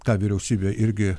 ką vyriausybė irgi